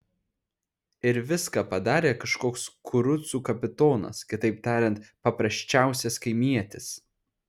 ir viską padarė kažkoks kurucų kapitonas kitaip tariant paprasčiausias kaimietis